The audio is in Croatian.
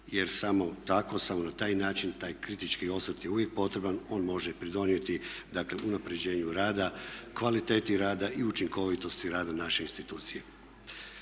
jer samo tako, samo na taj način taj kritički osvrt je uvijek potreban, on može pridonijeti unapređenju rada, kvaliteti rada i učinkovitosti rada naša institucije.